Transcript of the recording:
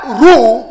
rule